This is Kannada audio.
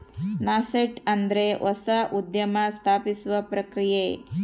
ನಾಸೆಂಟ್ ಅಂದ್ರೆ ಹೊಸ ಉದ್ಯಮ ಸ್ಥಾಪಿಸುವ ಪ್ರಕ್ರಿಯೆ